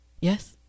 Yes